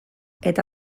eta